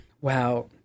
Wow